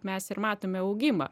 mes ir matome augimą